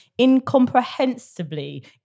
incomprehensibly